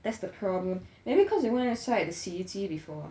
that's the problem maybe cause it went inside the 洗衣机 before